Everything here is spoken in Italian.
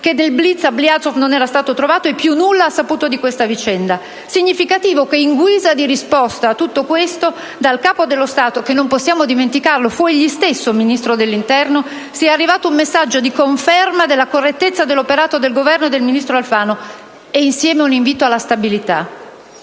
che nel *blitz* Ablyazov non era stato trovato, e più nulla ha saputo di questa vicenda. È significativo che, in guisa di risposta a tutto questo, dal Capo dello Stato, che non possiamo dimenticarlo, fu egli stesso Ministro dell'interno, sia arrivato un messaggio di conferma della correttezza dell'operato del Governo e del ministro Alfano e, insieme, un invito alla stabilità.